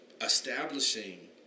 establishing